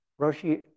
Roshi